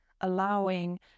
allowing